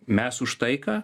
mes už taiką